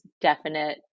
definite